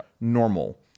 normal